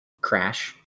Crash